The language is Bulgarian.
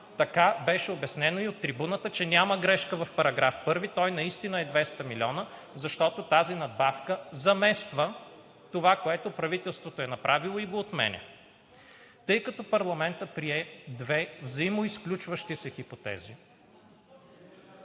Така беше обяснено и от трибуната, че няма грешка в § 1 – той наистина е 200 милиона, защото тази надбавка замества това, което правителството е направило, и го отменя. Тъй като парламентът прие две взаимоизключващи се хипотези…